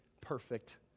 perfect